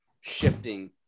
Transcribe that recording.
shifting